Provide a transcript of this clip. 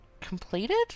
completed